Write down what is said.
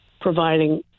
providing